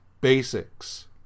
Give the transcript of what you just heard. basics